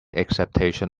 acceptation